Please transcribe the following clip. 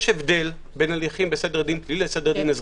יש הבדלים בין הליכים בסדר דין פלילי לסדר דין אזרחי.